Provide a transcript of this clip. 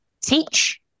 teach